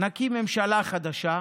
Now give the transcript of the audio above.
נקים ממשלה חדשה,